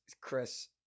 Chris